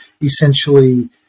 essentially